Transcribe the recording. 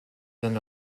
than